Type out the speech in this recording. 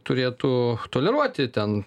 turėtų toleruoti ten